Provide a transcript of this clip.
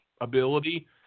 ability